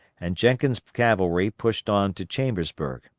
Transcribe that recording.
and jenkins' cavalry pushed on to chambersburg.